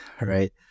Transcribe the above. right